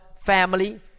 family